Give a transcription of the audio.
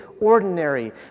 ordinary